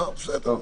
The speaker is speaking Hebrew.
בסדר.